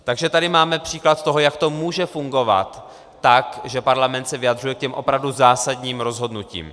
Takže tady máme příklad toho, jak to může fungovat tak, že parlament se vyjadřuje k těm opravdu zásadním rozhodnutím.